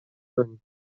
کنین